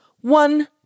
one